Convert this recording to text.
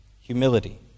Humility